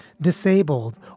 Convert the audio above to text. disabled